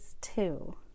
two